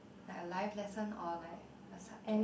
like a life lesson or like a subject